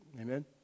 Amen